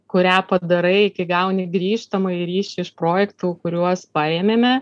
kurią padarai kai gauni grįžtamąjį ryšį iš projektų kuriuos paėmėme